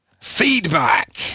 feedback